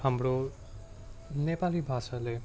हाम्रो नेपाली भाषाले